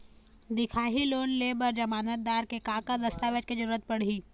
दिखाही लोन ले बर जमानतदार के का का दस्तावेज के जरूरत पड़ही?